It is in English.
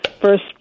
First